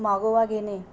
मागोवा घेणे